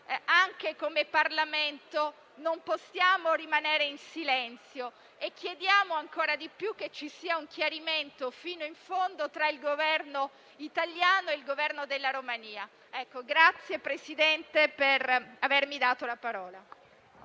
come Parlamento non possiamo rimanere in silenzio. Chiediamo ancora di più che ci sia un chiarimento fino in fondo tra il Governo italiano e quello della Romania. La ringrazio, Presidente, per avermi dato la parola.